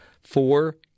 four